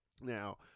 Now